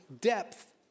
depth